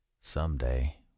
someday